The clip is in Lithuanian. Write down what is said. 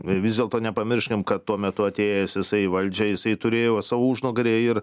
vis dėlto nepamirškim kad tuo metu atėjęs jisai į valdžią jisai turėjo savo užnugaryje ir